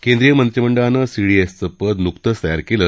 केंद्रीय मंत्रीमंडळानं सीडीएसचं पद नुकतच तयार केलं